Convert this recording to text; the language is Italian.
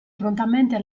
prontamente